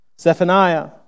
Zephaniah